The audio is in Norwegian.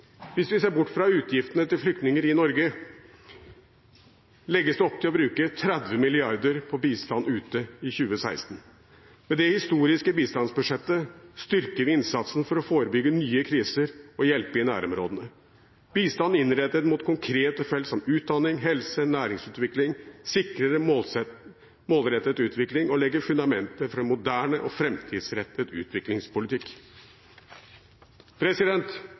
Hvis vi ser bort fra utgiftene til flyktninger i Norge, legges det opp til å bruke 30 mrd. kr på bistand ute i 2016. Med det historiske bistandsbudsjettet styrker vi innsatsen for å forebygge nye kriser og hjelpe i nærområdene. Bistand innrettet mot konkrete felt som utdanning, helse og næringsutvikling sikrer en målrettet utvikling og legger fundamentet for en moderne og framtidsrettet utviklingspolitikk.